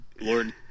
Lord